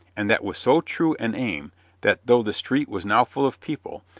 and that with so true an aim that, though the street was now full of people,